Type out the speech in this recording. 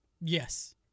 Yes